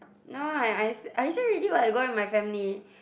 no I I I say already what I go with my family